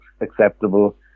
acceptable